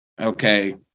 Okay